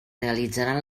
realitzaran